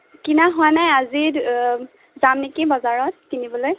কিনা হোৱা নাই আজি যাম নেকি বজাৰত কিনিবলৈ